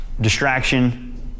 distraction